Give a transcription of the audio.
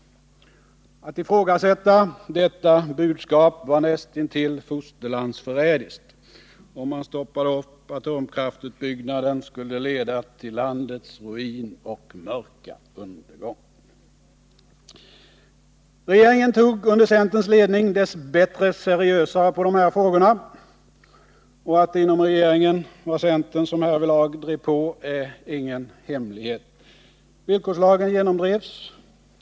Att ifrågasätta detta budskap var näst intill fosterlandsförrädiskt. Om man stoppade upp atomkraftsutbyggnaden skulle det leda till landets ruin och mörka undergång. Regeringen tog under centerns ledning dess bättre seriösare på de här frågorna. Och att det inom regeringen var centern som härvidlag drev på är ingen hemlighet. Villkorslagen genomdrevs.